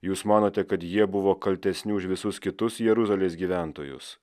jūs manote kad jie buvo kaltesni už visus kitus jeruzalės gyventojus